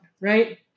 Right